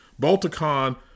Balticon